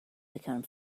become